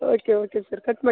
okay okay sir cut ಮಾಡಿ